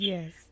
Yes